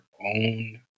own